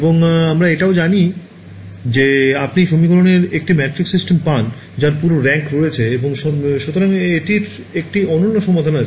এবং আমরা এটাও জানি যে আপনি সমীকরণের একটি ম্যাট্রিক্স সিস্টেম পান যার পুরো র্যাঙ্ক রয়েছে এবং সুতরাং এটির একটি অনন্য সমাধান রয়েছে